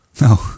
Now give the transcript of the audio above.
No